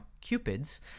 Cupids